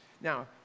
Now